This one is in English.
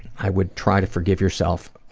i would try to forgive yourself